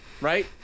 right